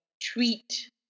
treat